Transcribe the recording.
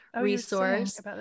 resource